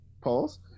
Pause